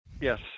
Yes